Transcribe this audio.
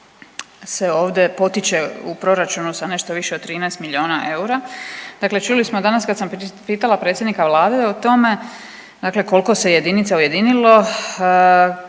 se ovdje potiče u proračunu sa nešto više od 13 milijuna eura. Dakle, čuli smo danas kad sam pitala predsjednika Vlade o tome, dakle koliko se jedinica ujedinilo